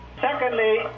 Secondly